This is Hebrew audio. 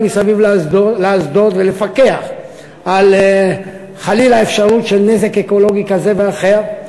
מסביב לאסדות ולפקח על חלילה אפשרות של נזק אקולוגי כזה או אחר.